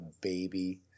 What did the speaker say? baby